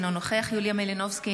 אינו נוכח יוליה מלינובסקי,